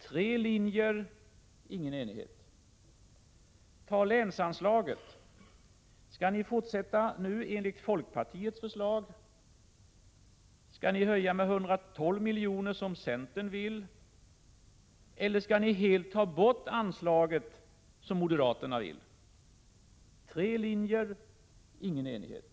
Tre linjer, ingen enighet. Skall ni beträffande länsanslaget nu fortsätta i enlighet med folkpartiets förslag? Skall ni höja det med 112 milj.kr., som centern vill, eller skall ni helt ta bort anslaget, som moderaterna vill? Tre linjer, ingen enighet.